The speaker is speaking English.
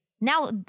now